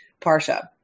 Parsha